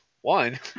One